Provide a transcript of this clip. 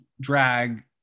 drag